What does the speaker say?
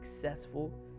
successful